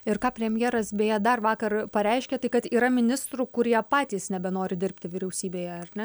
ir ką premjeras beje dar vakar pareiškė tai kad yra ministrų kurie patys nebenori dirbti vyriausybėje ar ne